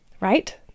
right